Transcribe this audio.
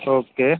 okay